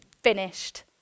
finished